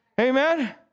Amen